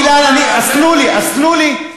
כתוב, אז תנו לי, אז תנו לי.